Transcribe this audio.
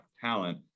talent